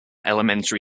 elementary